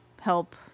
help